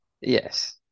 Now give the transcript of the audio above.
Yes